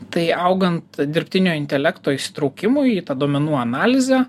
tai augant dirbtinio intelekto įsitraukimui į tą duomenų analizę